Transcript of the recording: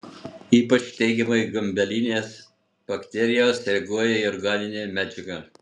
ypač teigiamai gumbelinės bakterijos reaguoja į organinę medžiagą